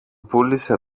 πούλησε